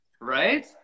Right